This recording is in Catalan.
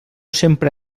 sempre